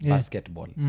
Basketball